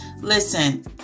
Listen